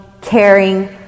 caring